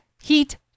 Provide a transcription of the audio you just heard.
heat